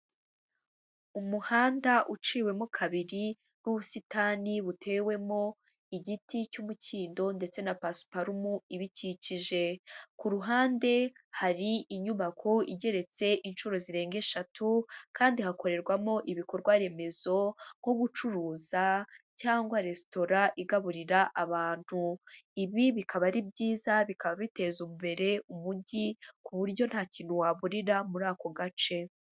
Umuhanda uciwemo kabiri, n'ubusitani butewemo igiti cy'umukindo ndetse na pasiparumu ibikikije. Ku ruhande hari inyubako igeretse inshuro zirenga eshatu, kandi hakorerwamo ibikorwa Remezo nko gucuruza, cyangwa resitora igaburira abantu. Ibi bikaba ari byiza, bikaba biteza imbere umujyi, ku buryo nta kintu waburira muri ako gace.